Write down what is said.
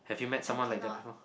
I cannot